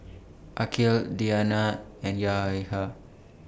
Aqil Diyana and